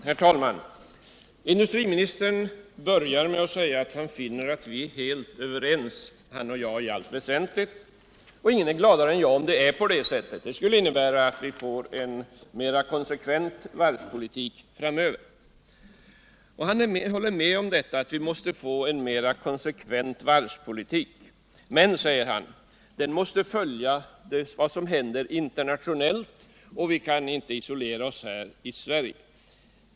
Herr talman! Industriministern började med att säga att han finner att han och jag är helt överens i allt väsentligt, och ingen är gladare än jag om det är på det sättet. Det skulle innebära att vi framöver får en mera konsekvent varvspolitik. Han håller med om att den måste bli mer konsekvent, men, säger han, den måste följa vad som händer internationellt och vi kan inte isolera oss här i Sverige.